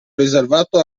riservato